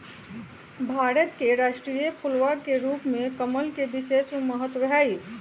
भारत के राष्ट्रीय फूलवा के रूप में कमल के विशेष महत्व हई